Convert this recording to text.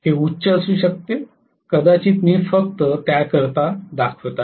हे उच्च असू शकतेकदाचित मी फक्त त्याकरिता दाखवत आहे